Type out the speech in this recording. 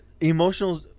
emotional